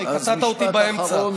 קטעת אותי באמצע.